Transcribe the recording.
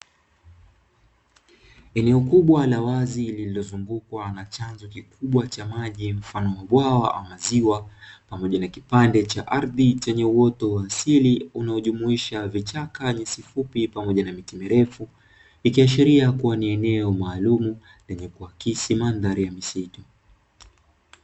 Eneo kubwa la wazi lililozungukwa na chanzo kikubwa cha maji mfano wa bwawa ama ziwa, pamoja na kipande cha ardhi chenye uoto wa asili unaojumuisha: vichaka, nyasi fupi pamoja na miti mirefu; ikiashiria kuwa ni eneo maalumu lenye kuakisi mandhari ya misitu.